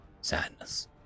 sadness